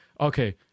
Okay